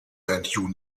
band